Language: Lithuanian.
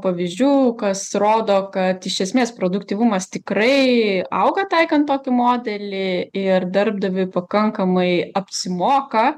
pavyzdžių kas rodo kad iš esmės produktyvumas tikrai auga taikant tokį modelį ir darbdaviui pakankamai apsimoka